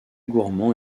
gourmand